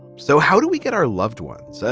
so how do we get our loved ones, so